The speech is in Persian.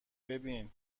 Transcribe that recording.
ببین